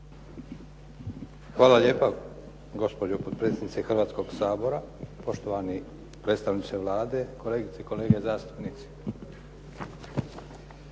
Hvala lijepa, gospođo potpredsjednice Hrvatskoga sabora. Poštovani predstavnici Vlade. Kolegice i kolege zastupnici.